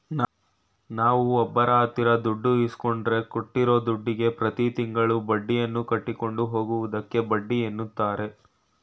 ನಾವುಒಬ್ಬರಹತ್ರದುಡ್ಡು ಇಸ್ಕೊಂಡ್ರೆ ಕೊಟ್ಟಿರೂದುಡ್ಡುಗೆ ಪ್ರತಿತಿಂಗಳು ಬಡ್ಡಿಯನ್ನುಕಟ್ಟಿಕೊಂಡು ಹೋಗುವುದಕ್ಕೆ ಬಡ್ಡಿಎನ್ನುತಾರೆ